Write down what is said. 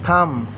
थाम